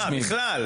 רשמיים,